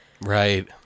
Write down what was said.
Right